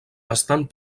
estan